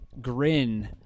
grin